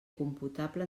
computable